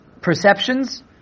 perceptions